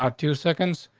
ah two seconds.